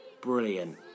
brilliant